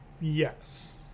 Yes